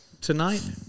tonight